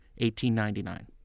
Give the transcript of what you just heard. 1899